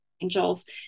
angels